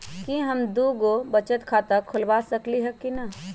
कि हम दो दो गो बचत खाता खोलबा सकली ह की न?